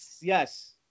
Yes